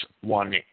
one